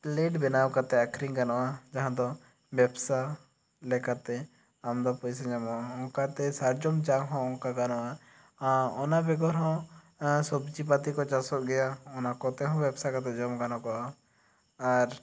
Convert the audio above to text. plate ᱵᱮᱱᱟᱣ ᱠᱟᱛᱮ ᱟᱠᱷᱨᱤᱧ ᱜᱟᱱᱚᱜᱼᱟ ᱡᱟᱦᱟᱸ ᱫᱚ ᱵᱮᱵᱽᱥᱟ ᱞᱮᱠᱟᱛᱮ ᱟᱢᱫᱚ ᱯᱚᱭᱥᱟ ᱧᱟᱢᱚᱜᱼᱟ ᱚᱱᱠᱟᱛᱮ ᱥᱟᱨᱡᱚᱢ ᱪᱟ ᱦᱚᱸ ᱚᱱᱠᱟ ᱜᱟᱱᱚᱜᱼᱟ ᱚᱱᱟ ᱵᱮᱜᱚᱨ ᱦᱚᱸ ᱥᱚᱵᱽᱡᱤ ᱯᱟᱹᱛᱤ ᱠᱚ ᱪᱟᱥᱚᱜ ᱜᱤᱭᱟ ᱚᱱᱟ ᱠᱚᱛᱮ ᱦᱚᱸ ᱵᱮᱵᱥᱟ ᱠᱟᱛᱮ ᱡᱚᱢ ᱜᱟᱱᱚᱜ ᱜᱤᱭᱟ ᱟᱨ